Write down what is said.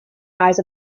eyes